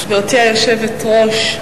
גברתי היושבת-ראש,